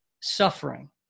suffering